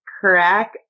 crack